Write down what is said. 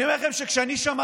אני אומר לכם שכשאני שמעתי